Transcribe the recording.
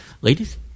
ladies